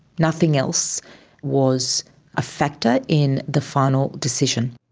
nothing else was a factor in the final decision.